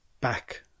back